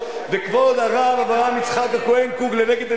וכבוד הרב אברהם יצחק הכהן קוק לנגד עיניו,